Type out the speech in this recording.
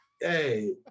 Hey